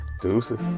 Deuces